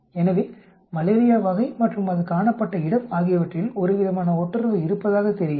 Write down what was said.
எனவே மலேரியா வகை மற்றும் அது காணப்பட்ட இடம் ஆகியவற்றில் ஒருவிதமான ஒட்டுறவு இருப்பதாகத் தெரிகிறது